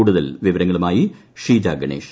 കൂടുതൽ വിവരങ്ങളുമായി ഷീജഗണേഷ്